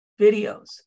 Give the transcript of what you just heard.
videos